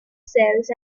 cells